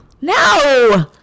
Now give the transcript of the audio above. No